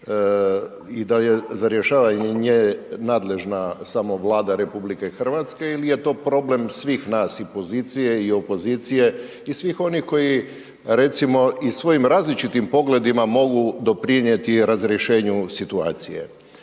i da li je za rješavanje nje nadležna samo Vlada RH ili je to problem svih nas i pozicije i opozicije i svih onih koji recimo i svojim različitim pogledima mogu doprinijeti razrješenju situacije.